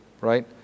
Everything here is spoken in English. right